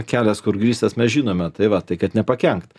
kelias kur grįstas mes žinome tai va tai kad nepakenkt